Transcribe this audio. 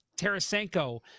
Tarasenko